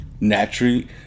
Naturally